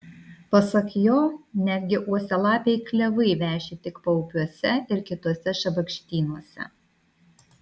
pasak jo netgi uosialapiai klevai veši tik paupiuose ir kituose šabakštynuose